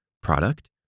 product